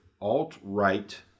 alt-right